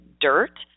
dirt